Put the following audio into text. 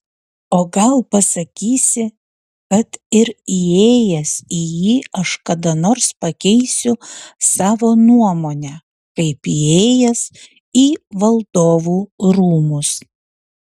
o gal pasakysi kad ir įėjęs į jį aš kada nors pakeisiu savo nuomonę kaip įėjęs į valdovų rūmus